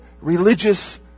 religious